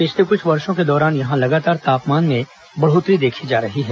पिछले कुछ वर्षों के दौरान यहां लगातार तापमान में बढ़ोत्तरी देखी जा रही है